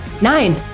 nine